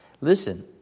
listen